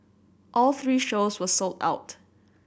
all three shows were sold out